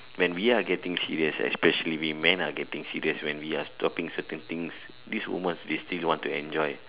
when we are getting serious especially we men are getting serious when we are stopping certain things this woman she still want to enjoy